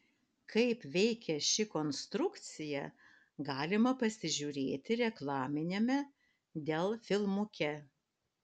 kaip veikia ši konstrukcija galima pasižiūrėti reklaminiame dell filmuke